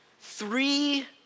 Three